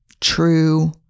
true